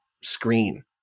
screen